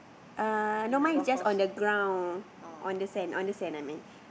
uh no mine is just on the ground on the sand on the sand I meant